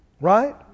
right